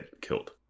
killed